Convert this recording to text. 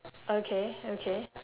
okay okay